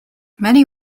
many